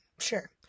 Sure